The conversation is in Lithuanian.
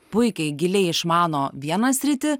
puikiai giliai išmano vieną sritį